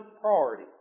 priority